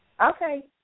okay